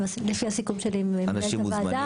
לפי הסיכום שלי עם מנהלת הוועדה,